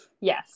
Yes